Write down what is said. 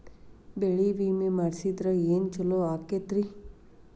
ಬೆಳಿ ವಿಮೆ ಮಾಡಿಸಿದ್ರ ಏನ್ ಛಲೋ ಆಕತ್ರಿ?